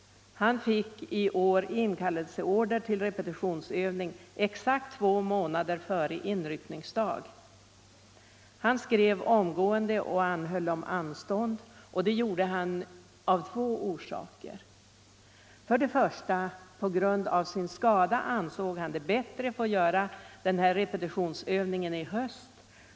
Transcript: I år fick han inkallelseorder till repetitionsövning — exakt två månader före inryckningsdagen. Han skrev omgående och anhöll om anstånd, och det gjorde han av två orsaker. För det första ansåg han det på grund av sin skada bättre att få göra repetitionsövningen under hösten.